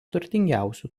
turtingiausių